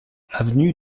avenue